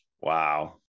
Wow